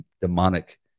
demonic